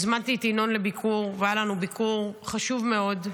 הזמנתי את ינון לביקור, והיה לנו ביקור חשוב מאוד.